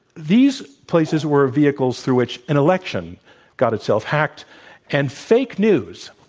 these places were vehicles through which an election got itself hacked and fake news,